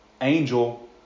Angel